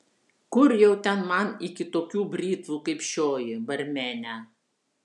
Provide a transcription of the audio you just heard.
kur jau ten man iki tokių britvų kaip šioji barmene